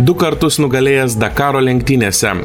du kartus nugalėjęs dakaro lenktynėse